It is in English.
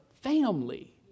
family